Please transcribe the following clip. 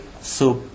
soup